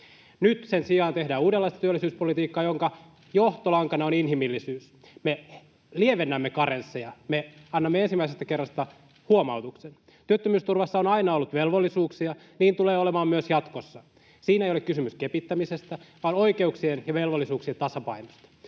Nyt sen sijaan tehdään uudenlaista työllisyyspolitiikkaa, jonka johtolankana on inhimillisyys. Me lievennämme karensseja, me annamme ensimmäisestä kerrasta huomautuksen. Työttömyysturvassa on aina ollut velvollisuuksia, niin tulee olemaan myös jatkossa. Siinä ei ole kysymys kepittämisestä vaan oikeuksien ja velvollisuuksien tasapainosta.